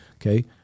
okay